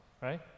right